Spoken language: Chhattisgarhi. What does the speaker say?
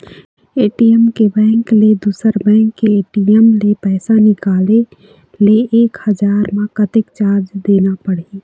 ए.टी.एम के बैंक ले दुसर बैंक के ए.टी.एम ले पैसा निकाले ले एक हजार मा कतक चार्ज देना पड़ही?